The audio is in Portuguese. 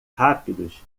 rápidos